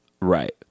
Right